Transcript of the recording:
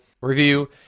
review